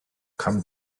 come